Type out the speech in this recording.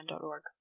org